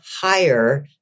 higher